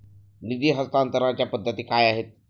निधी हस्तांतरणाच्या पद्धती काय आहेत?